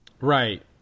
Right